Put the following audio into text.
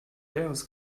leeres